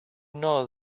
know